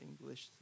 english